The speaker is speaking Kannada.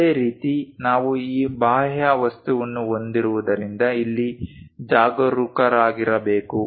ಅದೇ ರೀತಿ ನಾವು ಈ ಬಾಹ್ಯ ವಸ್ತುವನ್ನು ಹೊಂದಿರುವುದರಿಂದ ಇಲ್ಲಿ ಜಾಗರೂಕರಾಗಿರಬೇಕು